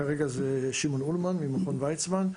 כרגע זה שמעון אולמן ממכון ויצמן.